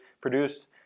produce